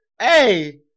Hey